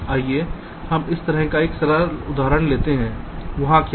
आइए हम इस तरह का एक सरल उदाहरण लेते हैं वहां क्या है